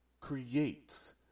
creates